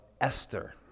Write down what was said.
Esther